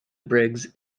briggs